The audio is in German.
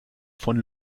von